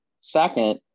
second